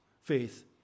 faith